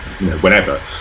whenever